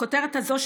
הכותרת הזאת,